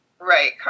Right